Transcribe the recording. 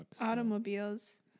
Automobiles